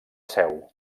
seu